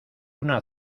una